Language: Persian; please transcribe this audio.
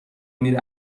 میره